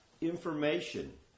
information